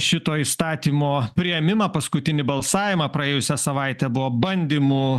šito įstatymo priėmimą paskutinį balsavimą praėjusią savaitę buvo bandymų